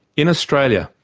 in australia,